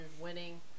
winning